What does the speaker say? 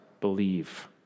believe